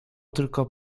tylko